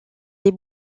des